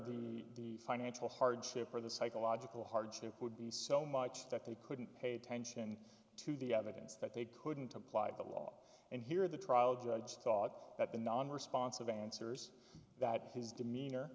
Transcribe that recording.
the financial hardship or the psychological hardship would be so much that they couldn't pay attention to the evidence that they couldn't apply the law and here the trial judge thought that the non responsive answers that his demeanor